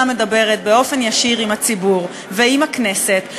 מדברת באופן ישיר עם הציבור ועם הכנסת,